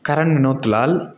Karan நூத்துலால்